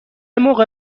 موقع